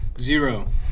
Zero